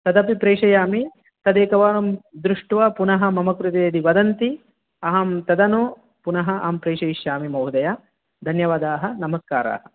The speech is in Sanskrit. तदपि प्रेषयामि तदेकवारं दृष्ट्वा पुनः मम कृते यदि वदन्ति अहं तदनु पुनः अहं प्रेषयिष्यामि महोदय धन्यवादाः नमस्काराः